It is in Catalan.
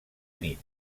nit